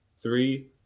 three